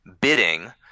bidding